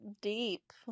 deep